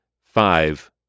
five